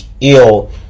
ill